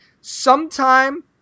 sometime